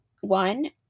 one